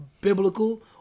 biblical